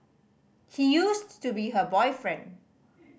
he used to be her boyfriend